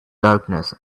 darkness